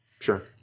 Sure